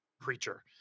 preacher